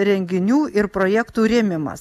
renginių ir projektų rėmimas